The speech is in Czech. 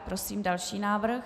Prosím další návrh.